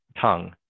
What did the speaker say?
tongue